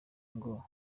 ngo